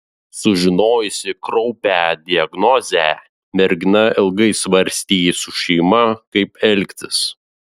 sužinojusi kraupią diagnozę mergina ilgai svarstė su šeima kaip elgtis